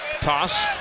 Toss